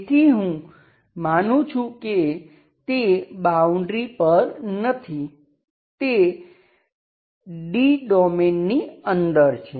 તેથી હું માનું છું કે તે બાઉન્ડ્રી પર નથી તે D ડોમેઈનની અંદર છે